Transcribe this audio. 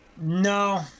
No